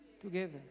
together